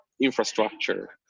infrastructure